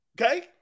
okay